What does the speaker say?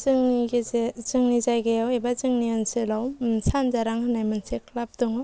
जोंनि गेजेर जोंनि जायगायाव एबा जोंनि ओनसोलाव सानजोरां होननाय मोनसे क्लाब दङ